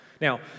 Now